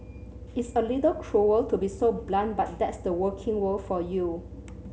it's a little cruel to be so blunt but that's the working world for you